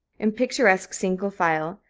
in picturesque single file,